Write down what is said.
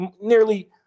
nearly